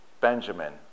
Benjamin